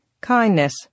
kindness